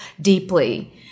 deeply